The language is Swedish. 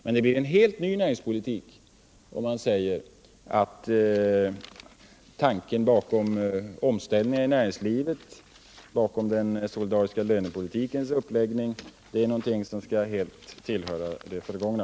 Men det blir en helt ny näringspolitik om man säger att tanken bakom omställningar i näringslivet, bakom den solidariska lönepolitikens uppläggning, är någonting som helt skall tillhöra det förgångna.